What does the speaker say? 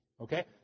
Okay